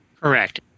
Correct